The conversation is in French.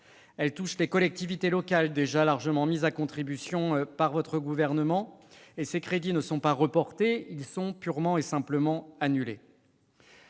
Elles touchent les collectivités locales, déjà largement mises à contribution par le Gouvernement. Et ces crédits ne sont pas reportés : ils sont purement et simplement annulés